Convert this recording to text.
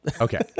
Okay